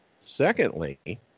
Secondly